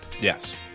Yes